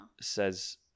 says